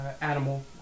animal